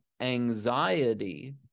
anxiety